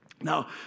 Now